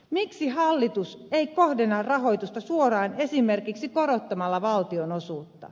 miksi hallitus ei kohdenna rahoitusta suoraan esimerkiksi korottamalla valtionosuutta